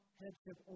headship